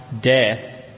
death